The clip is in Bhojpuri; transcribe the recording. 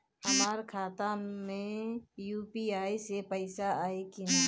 हमारा खाता मे यू.पी.आई से पईसा आई कि ना?